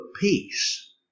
peace